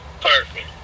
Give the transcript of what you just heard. Perfect